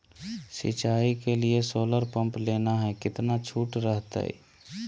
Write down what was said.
सिंचाई के लिए सोलर पंप लेना है कितना छुट रहतैय?